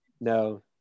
No